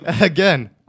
again